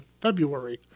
February